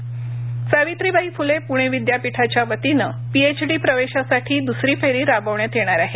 P बिडी सावित्रीबाई फुले पुणे विद्यापीठाच्या वतीने पीखिडी प्रवेशासाठी द्रसरी फेरी राबवण्यात येणार आहे